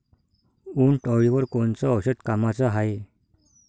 उंटअळीवर कोनचं औषध कामाचं हाये?